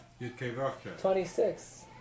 26